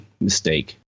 mistake